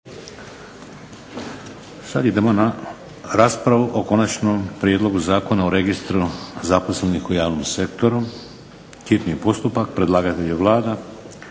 Sad idemo na raspravu o - Konačni prijedlog Zakona o registru zaposlenih u javnom sektoru, hitni postupak, prvo i drugo